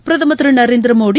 பிரதமர் திரு நரேந்திர மோடி